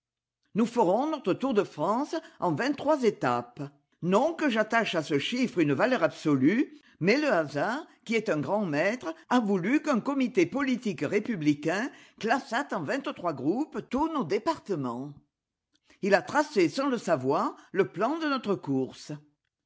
nous ferons notre tour de france en vingttrois étapes non que j'attache à ce chiffre une valeur absolue mais le hasard qui est un grand maître a voulu qu'un comité politique réptibicain classât en vingt-trois groupes tons nos départements il a tracé sans le savoir le plan de notre course